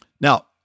Now